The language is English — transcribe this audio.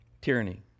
Tyranny